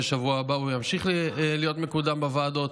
ובשבוע הבא הוא ימשיך להיות מקודם בוועדות.